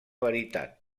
veritat